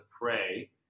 pray